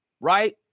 right